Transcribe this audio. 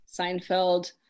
Seinfeld